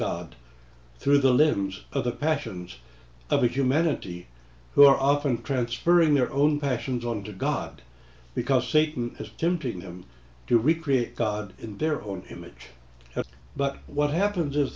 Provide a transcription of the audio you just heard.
god through the limbs of the passions of humanity who are often transferring their own passions on to god because satan has pimping them to recreate god in their own image but what happens is